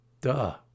Duh